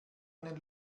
einen